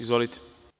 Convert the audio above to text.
Izvolite.